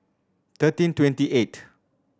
thirteen twenty eighth